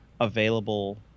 available